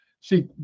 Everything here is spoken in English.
see